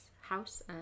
house